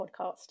podcast